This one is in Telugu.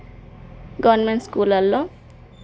గవర్నమెంట్ స్కూలల్లో